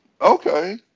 okay